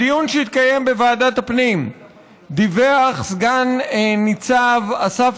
בדיון שהתקיים בוועדת הפנים דיווח סגן ניצב אסף